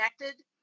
connected